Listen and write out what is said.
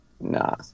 Nah